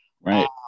Right